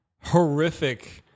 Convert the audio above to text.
horrific